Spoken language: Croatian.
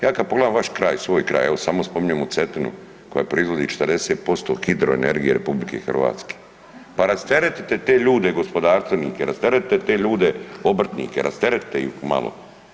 Ja kad pogledam vaš kraj, svoj kraj, evo samo spominjemo Cetinu koja proizvodi 40% hidroenergije RH, pa rasteretite te ljude gospodarstvenike, rasteretite te ljude obrtnike, rasteretite ih malo.